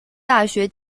大学